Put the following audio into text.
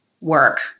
work